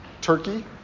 Turkey